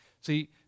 See